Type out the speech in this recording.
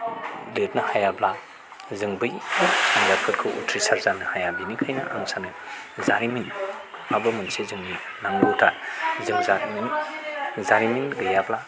लिरनो हायाब्ला जों बै आनजादफोरखौ उथ्रिसार जानो हाया बेनिखायनो आं सानो जारिमिनआबो मोनसे जोंनि नांगौथार जों जारिमिन गैयाब्ला